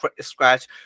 scratch